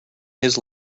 his